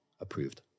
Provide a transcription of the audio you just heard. Approved